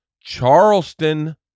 Charleston